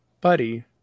buddy